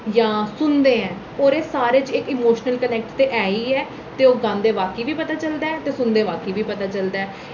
जां सुनदे आं और एह् सारें च इमोशनल कनैक्ट ते है गै ऐ ते ओह् गांदे बाकी बी पता चलदा ऐ ते सुनदे मौके बी पता चलदा ऐ